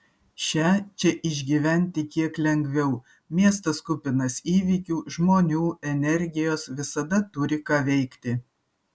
šią čia išgyventi kiek lengviau miestas kupinas įvykių žmonių energijos visada turi ką veikti